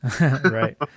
Right